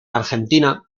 argentina